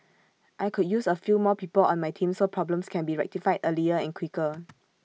I could use A few more people on my team so problems can be rectified earlier and quicker